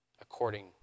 according